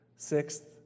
Sixth